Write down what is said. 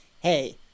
hey